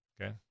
Okay